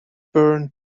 burnt